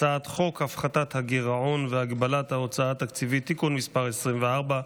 הצעת חוק הפחתת הגירעון והגבלת ההוצאה התקציבית (תיקון מס' 24),